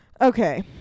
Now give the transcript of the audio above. Okay